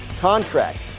contract